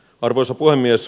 arvoisa puhemies